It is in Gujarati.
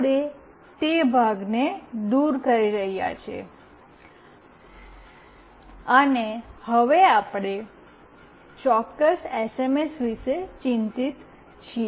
આપણે તે ભાગને દૂર કરી રહ્યા છીએ અને હવે આપણે ચોક્કસ એસએમએસ વિશે ચિંતિત છીએ